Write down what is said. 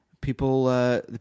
people